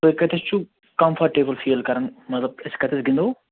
تُہۍ کتیٚتھ چھُ کمفأٹیبٕل فیٖل کران مطلب أسۍ کتیٚتھ گِنٛدو